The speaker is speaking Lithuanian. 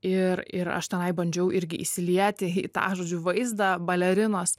ir ir aš tenai bandžiau irgi įsilieti į tą žodžiu vaizdą balerinos